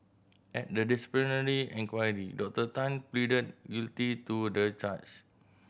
at the disciplinary inquiry Doctor Tan pleaded guilty to the charge